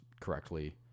correctly